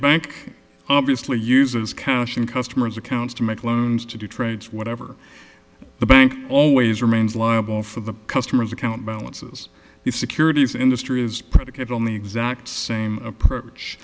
bank obviously uses cash in customer's accounts to make loans to do trades whatever the bank always remains liable for the customer's account balances the securities industry is predicated on the exact same approach